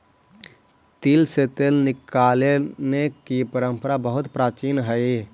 तिल से तेल निकालने की परंपरा बहुत प्राचीन हई